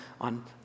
on